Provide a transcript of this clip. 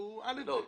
הרי